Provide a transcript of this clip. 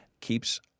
keeps—